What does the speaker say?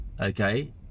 Okay